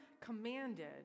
commanded